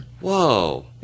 whoa